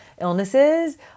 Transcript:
illnesses